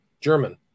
German